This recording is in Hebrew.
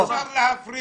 איך אפשר להפריד?